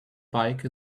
bike